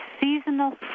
seasonal